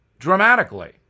dramatically